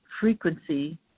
frequency